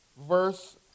verse